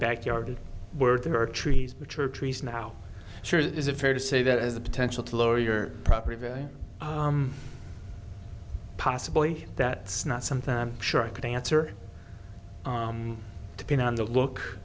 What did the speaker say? backyard where there are trees which are trees now sure is it fair to say that as a potential to lower your property value possibly that not something i'm sure i could answer to pin on the look